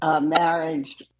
marriage